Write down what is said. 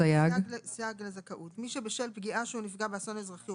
סייג לזכאות 7. מי שבשל פגיעה שהוא נפגע באסון אזרחי או